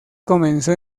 comenzó